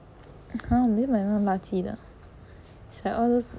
!huh! 我没买那种垃圾的 it's like all those